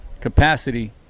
capacity